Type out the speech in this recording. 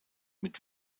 mit